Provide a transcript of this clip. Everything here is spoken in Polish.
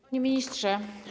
Panie Ministrze!